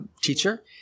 teacher